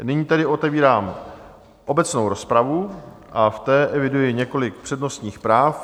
Nyní tedy otevírám obecnou rozpravu a v té eviduji několik přednostních práv.